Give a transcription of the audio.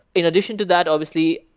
in addition to that, obviously,